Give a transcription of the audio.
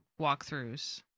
walkthroughs